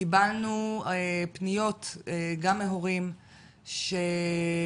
קיבלנו פניות גם מהורים ששמעו,